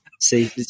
See